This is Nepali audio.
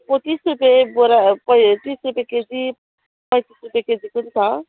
पच्चिस रुपियाँ एक बोरा तिस रुपियाँ केजी पैँतिस रुपियाँ केजीको नि छ